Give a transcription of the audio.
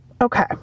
okay